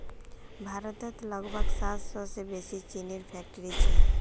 भारतत लगभग सात सौ से बेसि चीनीर फैक्ट्रि छे